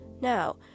Now